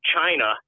China